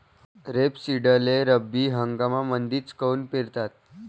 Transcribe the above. रेपसीडले रब्बी हंगामामंदीच काऊन पेरतात?